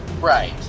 Right